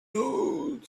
old